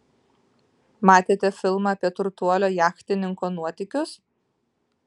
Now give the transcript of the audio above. matėte filmą apie turtuolio jachtininko nuotykius